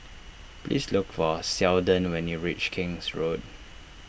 please look for Seldon when you reach King's Road